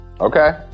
Okay